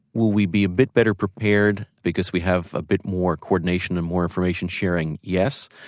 will we be a bit better prepared because we have a bit more coordination and more information sharing? yes,